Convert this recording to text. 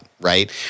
right